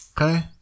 Okay